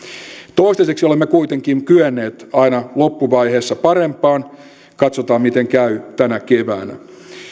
toistaiseksi olemme kuitenkin kyenneet aina loppuvaiheessa parempaan katsotaan miten käy tänä keväänä